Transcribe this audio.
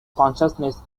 consciousness